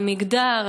על מגדר,